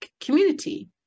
community